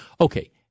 Okay